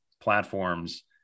platforms